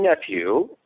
nephew